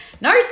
no